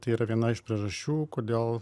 tai yra viena iš priežasčių kodėl